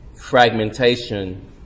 fragmentation